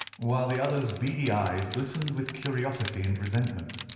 while the other's beady eyes glistened with curiosity and resentment.